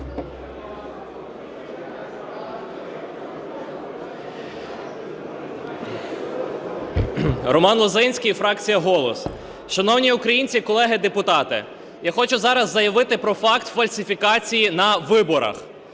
Роман Лозинський, фракція "Голос". Шановні українці і колеги депутати, я хочу зараз заявити про факт фальсифікації на виборах.